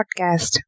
podcast